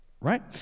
right